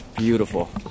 Beautiful